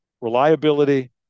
reliability